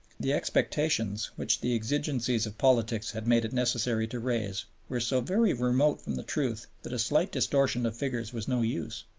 the expectations which the exigencies of politics had made it necessary to raise were so very remote from the truth that a slight distortion of figures was no use,